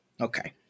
Okay